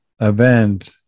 event